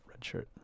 redshirt